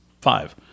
five